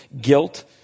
Guilt